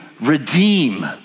redeem